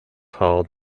hauled